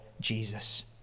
Jesus